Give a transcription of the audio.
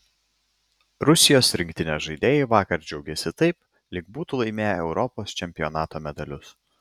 rusijos rinktinės žaidėjai vakar džiaugėsi taip lyg būtų laimėję europos čempionato medalius